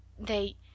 They—